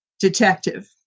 detective